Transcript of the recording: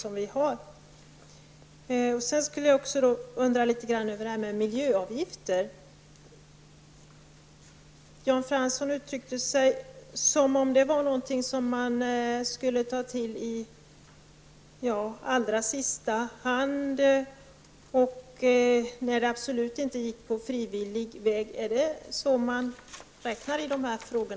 Jan Fransson uttryckte sig i fråga om miljöavgifterna som om de vore någonting som man skulle ta till i allra sista hand när det visat sig att det absolut inte gick på frivillig väg. Är det så ni räknar i dessa frågor?